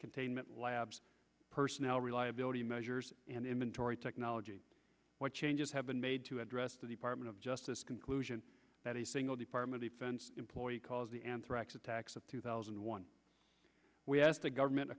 containment labs personnel reliability measures and inventory technology what changes have been made to address the department of justice conclusion that a single department of defense employee caused the anthrax attacks of two thousand and one we asked the government